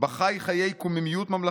בה חי חיי קוממיות ממלכתית,